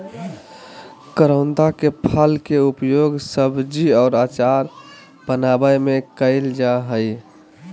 करोंदा के फल के उपयोग सब्जी और अचार बनावय में कइल जा हइ